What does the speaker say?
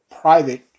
private